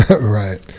right